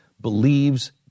believes